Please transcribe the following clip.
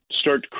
start